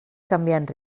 canviant